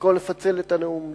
במקום לפצל את הנאום לשניים.